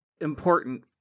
important